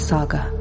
Saga